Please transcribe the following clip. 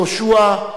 יהושע,